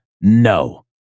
no